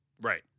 Right